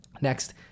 Next